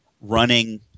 running